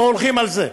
או הולכים על זה?